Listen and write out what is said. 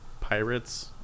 pirates